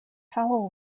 powell